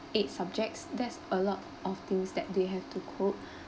eight subjects that's a lot of things that they have to cope